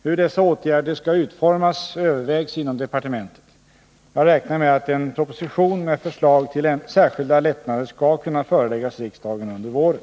Hur dessa åtgärder skall utformas övervägs inom departementet. Jag räknar med att en proposition med förslag till särskilda lättnader skall kunna föreläggas riksdagen under våren.